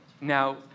Now